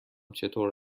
چطور